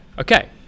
Okay